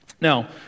Now